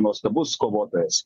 nuostabus kovotojas